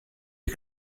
est